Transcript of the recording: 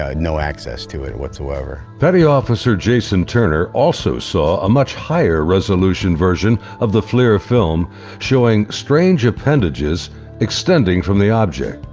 ah no access to it whatsoever. petty officer jason turner also saw a much higher resolution version of the flir film showing strange appendages extending from the object.